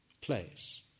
place